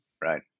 Right